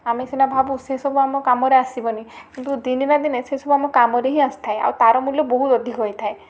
ଆମେ ସିନା ଭାବୁ ସେ ସବୁ ଆମ କାମରେ ଆସିବନି କିନ୍ତୁ ଦିନେ ନା ଦିନେ ସେ ସବୁ ଆମ କାମରେ ହିଁ ଆସିଥାଏ ଆଉ ତାର ମୂଲ୍ୟ ବହୁତ ଅଧିକ ହେଇଥାଏ